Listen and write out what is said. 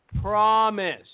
promise